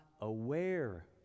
aware